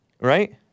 right